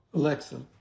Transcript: Alexa